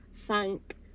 thank